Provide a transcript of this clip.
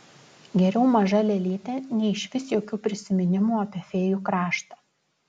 geriau maža lėlytė nei išvis jokių prisiminimų apie fėjų kraštą